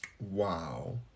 Wow